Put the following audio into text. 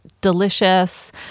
Delicious